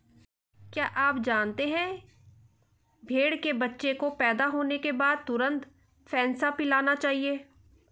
क्या आप जानते है भेड़ के बच्चे को पैदा होने के बाद तुरंत फेनसा पिलाना चाहिए?